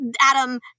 Adam